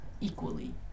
equally